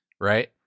right